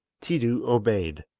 tiidu obeyed,